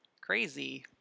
crazy